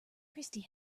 christy